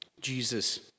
Jesus